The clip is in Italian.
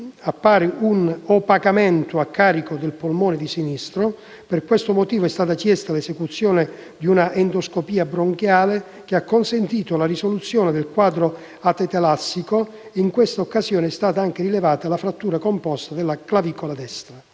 un opacamento a carico del polmone di sinistra. Per questo motivo è stata chiesta l'esecuzione di un'endoscopia bronchiale che ha consentito la risoluzione del quadro atelettasico. In questa occasione, è stata anche rilevata la frattura composta della clavicola destra.